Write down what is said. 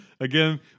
Again